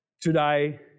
today